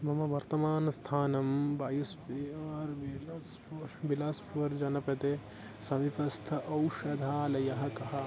मम वर्तमानस्थानं वायुस्पियार् वेलास्पुर् विलास्पुर् जनपदे समीपस्थम् औधालयः कः